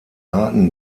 arten